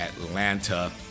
Atlanta